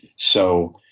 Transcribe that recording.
so